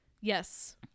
Yes